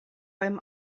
beim